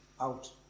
out